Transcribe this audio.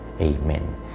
Amen